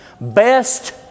Best